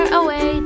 away